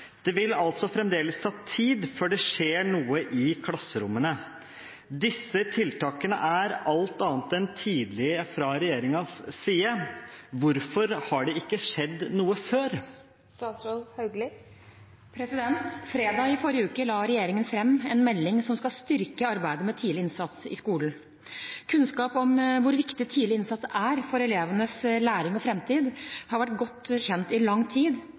Det vil altså fremdeles ta tid før det skjer noe i klasserommene. Disse tiltakene er alt annet enn tidlige fra regjeringens side, hvorfor har det ikke skjedd noe før?» Fredag i forrige uke la regjeringen fram en melding som skal styrke arbeidet med tidlig innsats i skolen. Kunnskap om hvor viktig tidlig innsats er for elevenes læring og framtid, har vært godt kjent i lang tid,